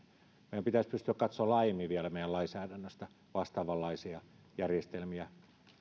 meidän pitäisi pystyä katsomaan vielä laajemmin meidän lainsäädännöstämme vastaavanlaisia järjestelmiä